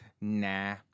nah